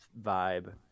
vibe